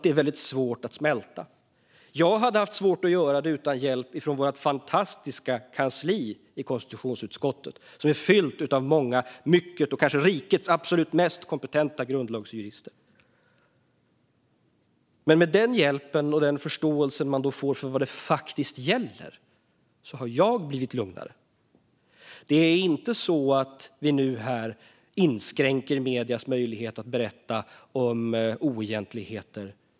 Det är väldigt svårt att smälta, och jag hade haft svårt att göra det utan hjälp från vårt fantastiska kansli i konstitutionsutskottet, som är fyllt av rikets kanske mest kompetenta grundlagsjurister. Med den hjälpen och förståelsen man får för vad det faktiskt gäller har jag blivit lugnare. Det är inte så att vi nu inskränker mediernas möjlighet att berätta om oegentligheter.